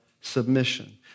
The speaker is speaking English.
submission